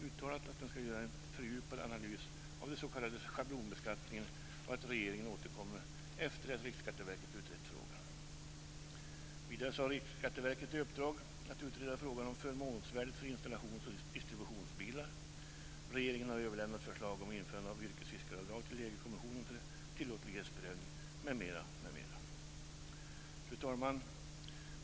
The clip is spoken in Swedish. uttalat att den ska göra en fördjupad analys av den s.k. schablonbeskattningen. Regeringen återkommer efter det att Riksskatteverket utrett frågan. Vidare har Riksskatteverket i uppdrag att utreda frågan om förmånsvärdet för installations och distributionsbilar. Regeringen har överlämnat förslag om införande av yrkesfiskaravdrag till EG-kommissionen för tillåtlighetsprövning. Fru talman!